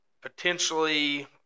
potentially